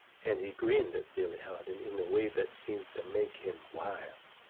and he grinned at billy harden in a way that seemed to make him wild,